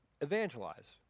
evangelize